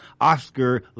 Oscar